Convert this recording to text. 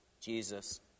Jesus